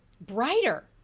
Brighter